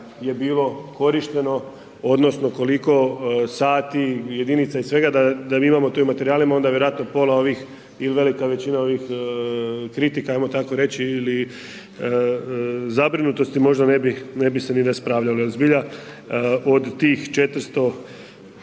je bilo korišteno odnosno koliko sati, jedinica i svega, da mi imamo to u materijalima onda vjerojatno pola ovih ili velika većina ovih kritika, hajmo tako reći ili zabrinutosti, možda ne bi, ne bi se ni raspravljalo. Zbilja, od tih 400